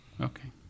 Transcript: Okay